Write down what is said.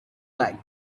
like